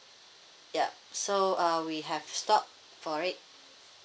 ya so uh we have stock for it